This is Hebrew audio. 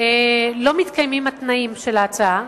לא מתקיימים התנאים של ההצעה,